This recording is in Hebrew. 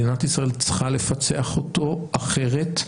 מדינת ישראל צריכה לפצח אותו אחרת,